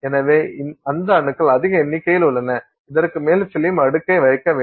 எனவே அந்த அணுக்கள் அதிக எண்ணிக்கையில் உள்ளன இதற்கு மேல் பிலிம் அடுக்கை வைக்க வேண்டும்